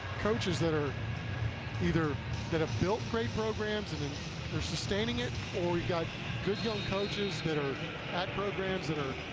coaches that are either that have built great programs and then they're sustaining it, or you got good um coaches that are at programs that are